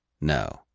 No